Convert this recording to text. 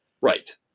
Right